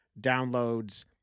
downloads